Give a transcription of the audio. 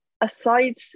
aside